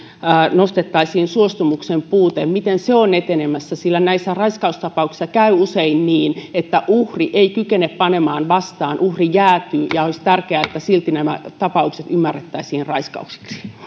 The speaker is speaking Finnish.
nostettaisiin suostumuksen puute on etenemässä näissä raiskaustapauksissa käy usein niin että uhri ei kykene panemaan vastaan uhri jäätyy ja olisi tärkeää että silti nämä tapaukset ymmärrettäisiin raiskauksiksi